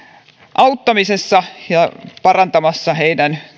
auttamisessa ja parantamassa heidän